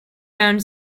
round